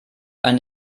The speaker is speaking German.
ein